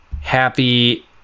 Happy